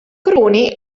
cruni